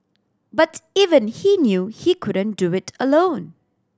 but even he knew he couldn't do it alone